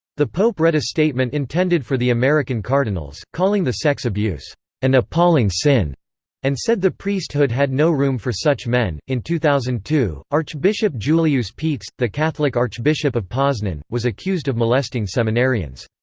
the pope read a statement intended for the american cardinals, calling the sex abuse an appalling sin and said the priesthood had no room for such men in two thousand and two, archbishop juliusz paetz, the catholic archbishop of poznan, was accused of molesting seminarians.